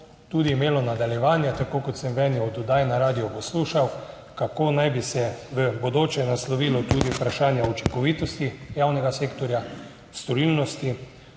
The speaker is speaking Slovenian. tudi imelo nadaljevanje, tako kot sem v eni od oddaj na radiu poslušal, kako naj bi se v bodoče naslovilo tudi vprašanje učinkovitosti javnega sektorja, storilnosti,